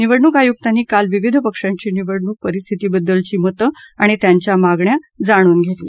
निवडणूक आयुक्तांनी काल विविध पक्षांची निवडणूक परिस्थितीबद्दलची मतं आणि त्यांच्या मागण्या जाणून घेतल्या